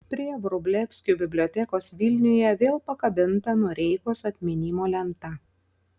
prie vrublevskių bibliotekos vilniuje vėl pakabinta noreikos atminimo lenta